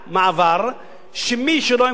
שמי שלא ימכור את הדירה בשנה הזאת,